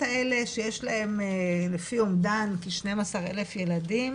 האלה שיש להם לפי אומדן כ-12 אלף ילדים,